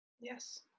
yes